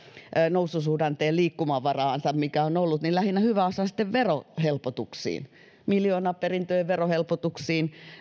noususuhdanteen liikkumavaraansa mikä on ollut lähinnä hyväosaisten verohelpotuksiin miljoonaperintöjen verohelpotuksiin